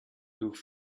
durch